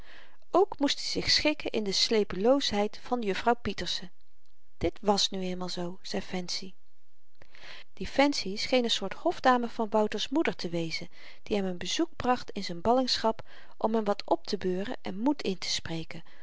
ook moest i zich schikken in de sleepeloosheid van juffrouw pieterse dit wàs nu eenmaal zoo zei fancy die fancy scheen n soort hofdame van wouter's moeder te wezen die hem n bezoek bracht in z'n ballingschap om hem wat optebeuren en moed in te spreken